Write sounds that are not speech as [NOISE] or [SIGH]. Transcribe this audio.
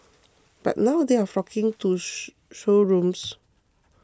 but now they are flocking to [HESITATION] showrooms